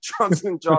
Johnson